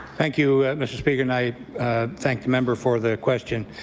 thank you, mr. speaker, and i thank the member for the question.